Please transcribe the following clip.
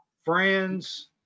friends